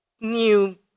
new